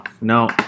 no